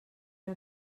era